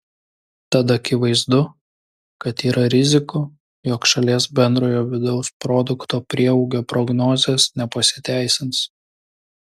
tad akivaizdu kad yra rizikų jog šalies bendrojo vidaus produkto prieaugio prognozės nepasiteisins